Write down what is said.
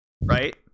Right